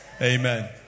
amen